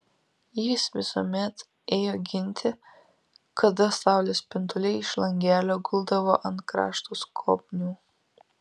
jis visuomet ėjo ginti kada saulės spinduliai iš langelio guldavo ant krašto skobnių